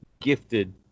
gifted